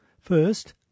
First